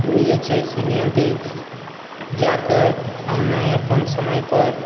आदमी जे छै से नियन्त्रित जाके सामने अपन समय पर